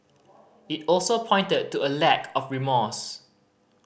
it also pointed to a lack of remorse